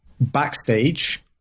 backstage